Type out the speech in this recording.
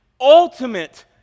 ultimate